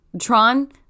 tron